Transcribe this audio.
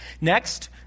Next